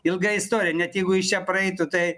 ilga istorija net jeigu jis čia praeitų tai